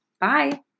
Bye